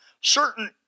Certain